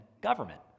government